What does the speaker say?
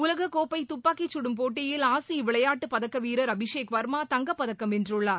உலக கோப்பை துப்பாக்கி சுடும் போட்டியில் ஆசிய விளையாட்டு பதக்க வீரர் அபிஷேக் வர்மா தங்கப்பதக்கம் வென்றுள்ளார்